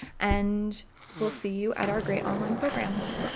and we'll see you at our great online programs!